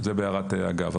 זה בהערת אגב.